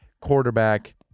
quarterback